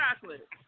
chocolate